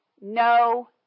No